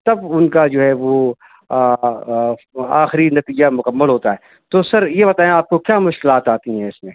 تب ان کا جو ہے وہ آخری نتیجہ مکمل ہوتا ہے تو سر یہ بتائیں آپ کو کیا مشکلات آتی ہیں اس میں